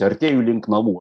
artėju link namų